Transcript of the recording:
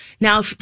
Now